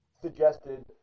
suggested